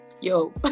yo